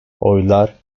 oylar